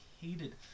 hated